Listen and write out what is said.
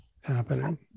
happening